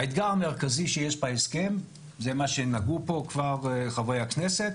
האתגר המרכזי שיש בהסכם זה מה שנגעו פה כבר חברי הכנסת,